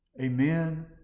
Amen